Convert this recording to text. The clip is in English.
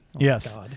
Yes